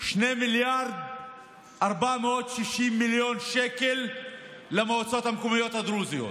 2 מיליארד ו-460 מיליון שקל למועצות המקומיות הדרוזיות.